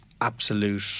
absolute